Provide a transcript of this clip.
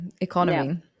economy